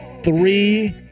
Three